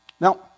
Now